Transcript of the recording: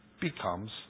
becomes